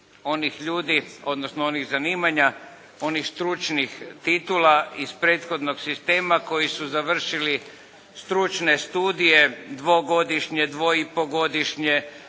onih ljudi, odnosno onih zanimanja, onih stručnih titula iz prethodnog sistema koji su završili stručne studije, dvogodišnje, dvoipogodišnje,